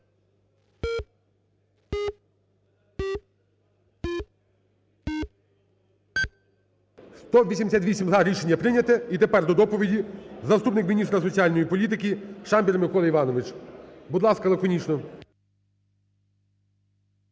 188 – за. Рішення прийняте. І тепер до доповіді заступник міністра соціальної політики Шамбір Микола Іванович. Будь ласка, лаконічно.